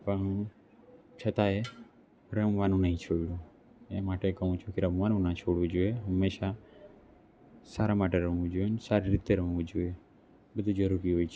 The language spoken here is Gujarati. પણ છતાંય રમવાનું નહીં છોડ્યું એ માટે કહું છું કે રમવાનું ના છોડવું જોઈએ હંમેશા સારા માટે રમવું જોઈએ અને સારી રીતે રમવું જોઈએ બધી જરૂરી હોય છે